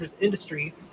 industry